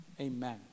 Amen